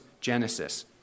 Genesis